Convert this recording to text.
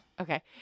Okay